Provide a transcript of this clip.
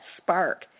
spark